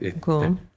Cool